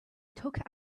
took